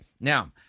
now